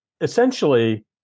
essentially